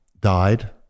died